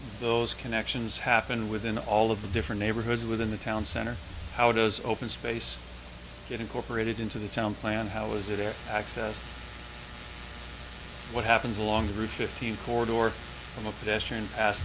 those connections happen within all of the her neighborhood within the town center how does open space get incorporated into the town plan how was it there access what happens along the route fifteen cord or from a pedestrian pas